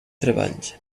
treballs